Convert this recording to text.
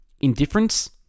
Indifference